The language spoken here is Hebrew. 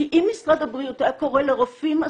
כי אם משרד הבריאות היה קורא לרופאים הספציפיים,